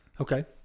Okay